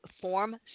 form